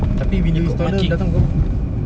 tapi window installer datang pukul berapa